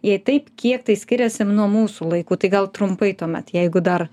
jei taip kiek tai skiriasi nuo mūsų laikų tai gal trumpai tuomet jeigu dar